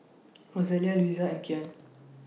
Rosalia Luisa and Kyan